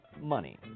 Money